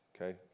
okay